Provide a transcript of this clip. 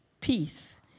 peace